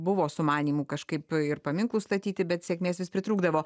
buvo sumanymų kažkaip ir paminklus statyti bet sėkmės vis pritrūkdavo